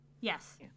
Yes